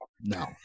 no